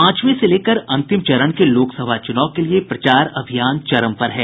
पांचवे से लेकर अंतिम चरण के लोकसभा चुनाव के लिये प्रचार अभियान चरम पर है